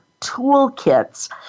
toolkits